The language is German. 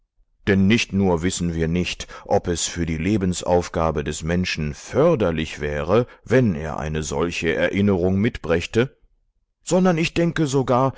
denn nicht nur wissen wir nicht ob es für die lebensaufgabe des menschen förderlich wäre wenn er eine solche erinnerung mitbrächte sondern ich denke sogar